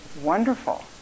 wonderful